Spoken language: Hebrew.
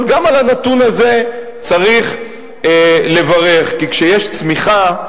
אבל גם על הנתון הזה צריך לברך, כי כשיש צמיחה,